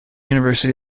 university